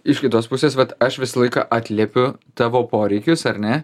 iš kitos pusės vat aš visą laiką atliepiu tavo poreikius ar ne